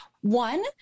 one